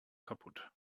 kaputt